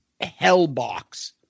Hellbox